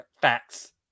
Facts